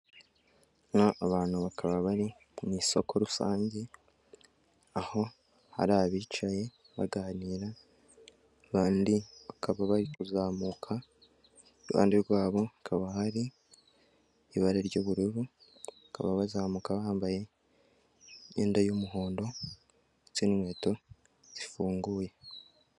Abantu bakaba bari mu isoko rusange, aho hari abicaye baganira, abandi bakaba bari kuzamuka, iruhande rwabo hakaba hari ibara ry'ubururu, bakaba bazamuka bambaye imyenda y'umuhondo ndetse n'inkweto zifunguye.